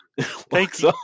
Thanks